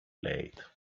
late